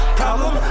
problem